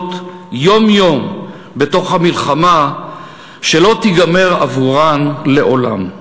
יום-יום בתוך המלחמה שלא תיגמר עבורן לעולם.